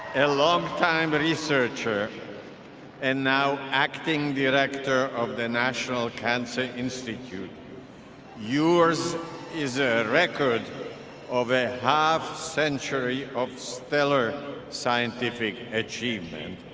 a longtime but researcher and now acting director of the national cancer institute yours is a record of a half-century of stellar scientific achievement